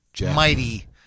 mighty